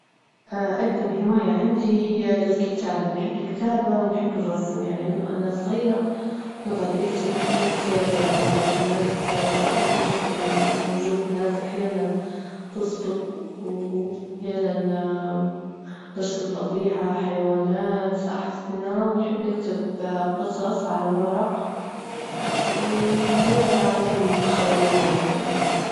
أجدم هواية عندي هي الكتابة، نحب الكتابة، ونحب الرسم، يعني من وأنا صغيرة نجعد نكتب- نكتب، ولا نجعد نرسم، نحب نرسم وجوه ناس أحيانا تزبط وأحيانا نرسم طبيعة، حيوانات، أحصنة، ونحب نكتب قصص على ورق، وندير عوالم خيالية يعني.